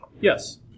Yes